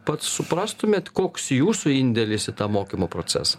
pats suprastumėt koks jūsų indėlis į tą mokymo procesą